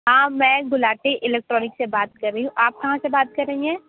हाँ मैं गुलाटी इलेक्ट्रॉनिक से बात कर रही हूँ आप कहाँ से बात कर रहे हैं